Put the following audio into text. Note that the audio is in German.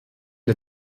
der